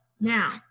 Now